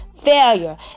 failure